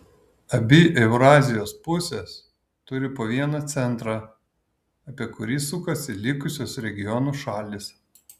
abi eurazijos pusės turi po vieną centrą apie kurį sukasi likusios regionų šalys